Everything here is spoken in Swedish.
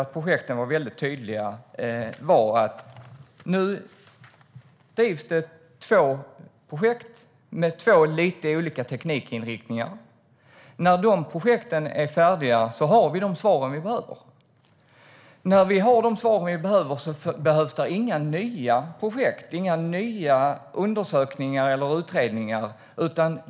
Min tolkning av informationen var att det nu drivs två projekt med två lite olika teknikinriktningar. När de projekten är färdiga har vi de svar vi behöver. När vi har de svar vi behöver behövs det inte några nya projekt, nya undersökningar eller utredningar.